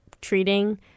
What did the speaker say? treating